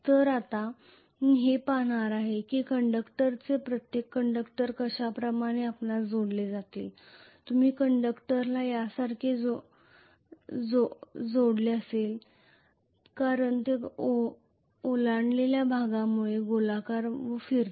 तर आता मी हे पाहणार आहे की प्रत्येक कंडक्टर अशा प्रकारे आपणास जोडले जातील कंडक्टर यासारखे जोडले जातील कारण ते ओलांडलेल्या भागामुळे गोलाकार फिरतील